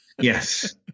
yes